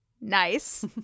Nice